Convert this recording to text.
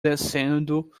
descendo